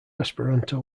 esperanto